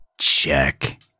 Check